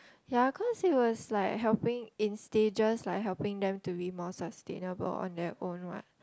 ya cause it was like helping in stages like helping them to be more sustainable on their own what